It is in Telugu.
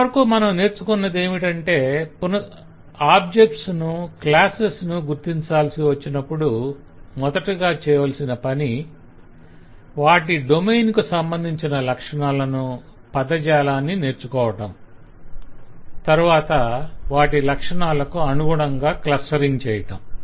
ఇంతవరకు మనం నేర్చుకున్నదేమిటో పునశ్చరణ చేసుకుంటే ఆబ్జెక్ట్స్ ను క్లాసెస్ ను గుర్తించాల్సి వచ్చినప్పుడు మొదటగా చెయ్యవలసిన పని వాటి డొమైన్ కు సంబంధించిన లక్షణాలను పదజాలాన్ని నేర్చుకోవడం తరువాత వాటి లక్షణాలకు అనుగుణంగా క్లస్టరింగ్ చేయటం